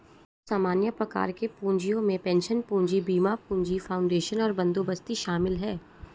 कुछ सामान्य प्रकार के पूँजियो में पेंशन पूंजी, बीमा पूंजी, फाउंडेशन और बंदोबस्ती शामिल हैं